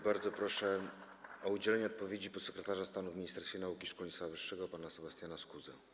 Bardzo proszę o udzielenie odpowiedzi podsekretarza stanu w Ministerstwie Nauki i Szkolnictwa Wyższego pana Sebastiana Skuzę.